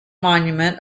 monument